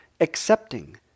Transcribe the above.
accepting